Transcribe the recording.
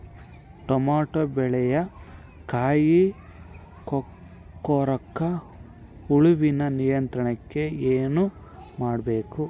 Tomato ಬೆಳೆಯ ಕಾಯಿ ಕೊರಕ ಹುಳುವಿನ ನಿಯಂತ್ರಣಕ್ಕೆ ಏನು ಮಾಡಬೇಕು?